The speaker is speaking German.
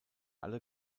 alle